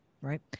right